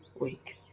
week